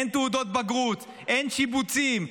אין תעודות בגרות, אין שיבוצים,